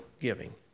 giving